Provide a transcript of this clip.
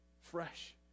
fresh